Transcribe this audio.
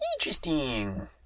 Interesting